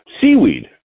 Seaweed